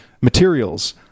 materials